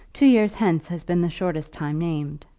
two years hence has been the shortest time named.